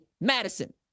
Madison